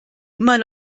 immer